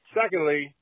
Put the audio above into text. secondly